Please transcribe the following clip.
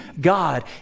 God